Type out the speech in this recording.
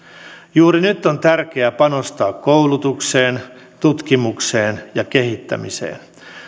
juuri nyt on tärkeää panostaa koulutukseen tutkimukseen ja kehittämiseen